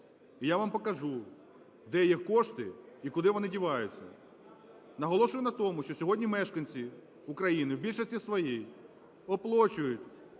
і я вам покажу, де є кошти і куди вони діваються. Наголошую на тому, що сьогодні мешканці України в більшості своїй оплачують